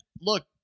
look